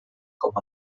com